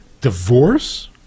divorce